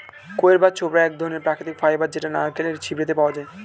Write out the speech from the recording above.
কইর বা ছোবড়া এক ধরণের প্রাকৃতিক ফাইবার যেটা নারকেলের ছিবড়েতে পাওয়া যায়